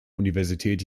universität